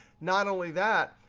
not only that,